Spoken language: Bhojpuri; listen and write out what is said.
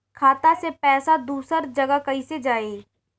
खाता से पैसा दूसर जगह कईसे जाई?